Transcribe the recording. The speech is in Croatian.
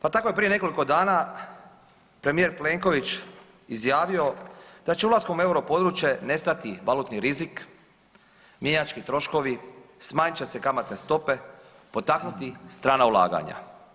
Pa tako je prije nekoliko dana premijer Plenković izjavio da će ulaskom u europodručje nestati valutni rizik, mjenjački troškovi, smanjit će se kamatne stope, potaknuti strana ulaganja.